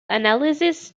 analysis